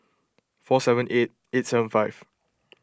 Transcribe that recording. four seven eight eight seven five